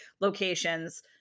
locations